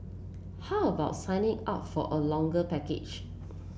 how about signing up for a longer package